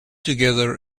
together